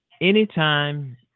anytime